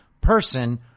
person